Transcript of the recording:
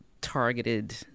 targeted